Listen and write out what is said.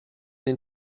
den